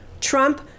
Trump